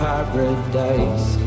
Paradise